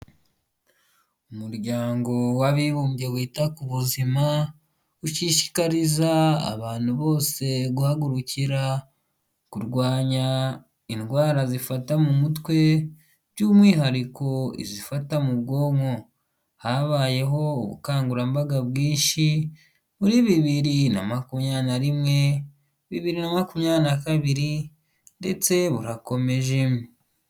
Umuryango w'abibumbye wita ku buzima ushishikariza abantu bose guhagurukira kurwanya indwara zifata mu mutwe, by'umwihariko izifata mu bwonko, habayeho ubukangurambaga bwinshi muri bibiri na makumyabiri na rimwe, bibiri makumyabiri na kabiri ndetse burakomeje.